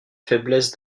faiblesse